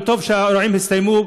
וטוב שהאירועים הסתיימו,